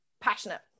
passionate